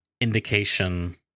indication